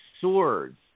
swords